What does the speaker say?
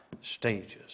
stages